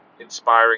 inspiring